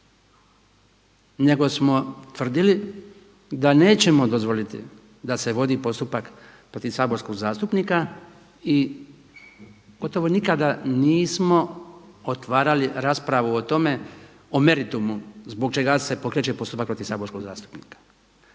nego smo utvrdili da nećemo dozvoliti da se vodi postupak protiv saborskog zastupnika. I gotovo nikada nismo otvarali raspravu o tome o meritumu zbog čega se pokreće postupak protiv saborskog zastupnika.